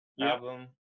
album